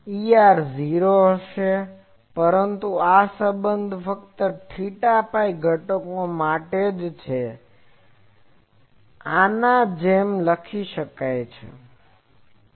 Er 0 હશે પરંતુ આ સંબંધ ફક્ત theta phi ઘટકો માટે છે તમે આના જેમ લખી શકો છો